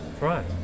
Right